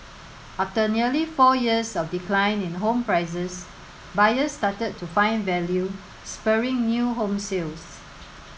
after nearly four years of decline in home prices buyers started to find value spurring new home sales